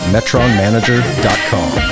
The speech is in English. MetronManager.com